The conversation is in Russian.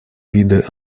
виды